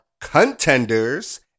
contenders